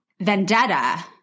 vendetta